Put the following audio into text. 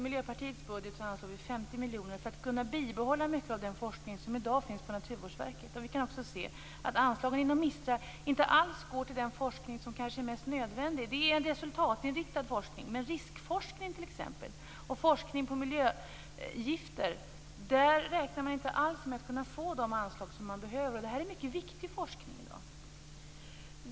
I Miljöpartiets budget anslår vi 50 miljoner för att kunna behålla mycket av den forskning som i dag finns på Naturvårdsverket. Vi kan också se att anslagen inom MISTRA inte alls går till den forskning som kanske är mest nödvändig. Det är en resultatinriktad forskning. Men när det gäller exempelvis riskforskning och forskning på miljögifter räknar man inte alls med att kunna få de anslag som man behöver. Det är mycket viktig forskning i dag.